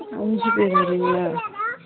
அஞ்சு பேர் வருவீங்களா